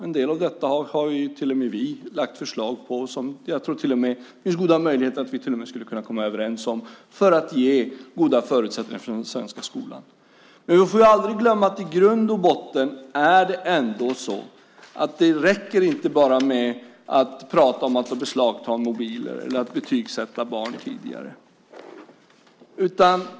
En del av detta har till och med vi lagt fram förslag om, och det finns goda möjligheter att vi kan komma överens för att ge den svenska skolan goda förutsättningar. Men vi får aldrig glömma att det i grund och botten ändå är så att det inte räcker med att prata om att beslagta mobiler eller att betygssätta barn tidigare.